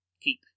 keep